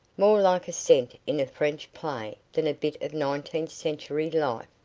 more like a scent in a french play than a bit of nineteenth century life.